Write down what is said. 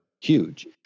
huge